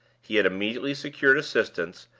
he had immediately secured assistance,